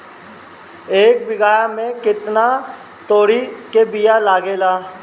एक बिगहा में केतना तोरी के बिया लागेला?